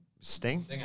Sting